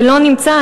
ולא נמצא.